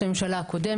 הקודמת,